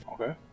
Okay